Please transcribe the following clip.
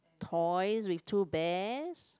toys with two bears